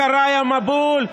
אחריי המבול,